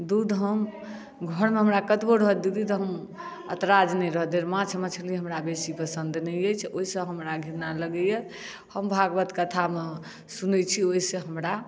दूध हम घर मे हमरा कतबो रहत दीदी तऽ हम ऐतराज नहि रहत धैर माँछ मछली हमरा बेसी पसन्द नहि अछि ओहिसँ हमरा घृणा लगैया हम भागवत कथा मे सुनै छी ओहिसँ हमरा